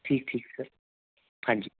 ਠੀਕ ਠੀਕ ਸਰ ਹਾਂਜੀ